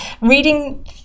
reading